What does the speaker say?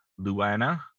Luana